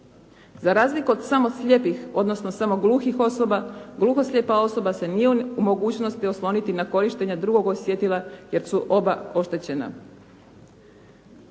Za razliku od samo slijepih odnosno samo gluhih osoba gluho-slijepa osoba se nije u mogućnosti osloniti na korištenja drugog osjetila jer su oba oštećena.